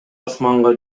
асманга